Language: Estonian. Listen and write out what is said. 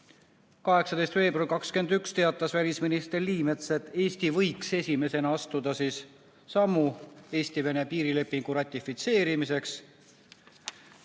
18. veebruaril 2021 teatas välisminister Liimets, et Eesti võiks esimesena astuda sammu Eesti-Vene piirilepingu ratifitseerimiseks.